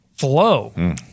flow